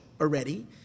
already